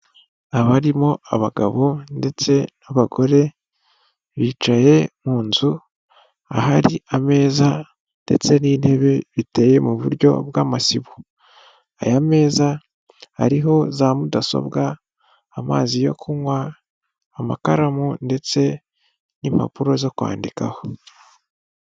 Abarimo abagabo ndetse n'abagore bicaye mu nzu ahari ameza ndetse n'intebe biteye mu buryo bw'amasibo, aya meza hariho za mudasobwa amazi yo kunywa amakaramu ndetse n'impapuro zo kwandikaho.